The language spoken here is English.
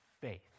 faith